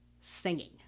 singing